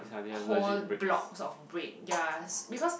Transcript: whole blocks of breaks ya because